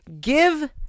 give